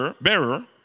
bearer